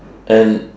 and